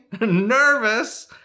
nervous